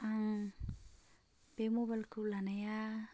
आं बे मबाइलखौ लानाया